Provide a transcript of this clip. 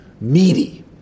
meaty